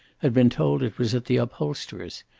had been told it was at the upholsterer's,